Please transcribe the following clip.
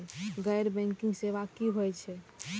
गैर बैंकिंग सेवा की होय छेय?